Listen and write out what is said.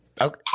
Okay